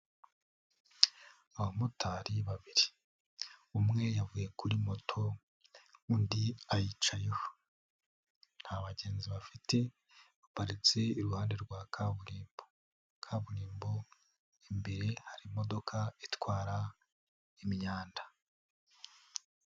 Abamotari babiri, umwe yavuye kuri moto undi ayicayeho, nta bagenzi bafite, baparitse iruhande rwa kaburimbo, kaburimbo imbere hari imodoka itwara imyanda.